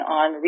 on